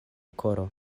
koro